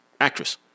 Actress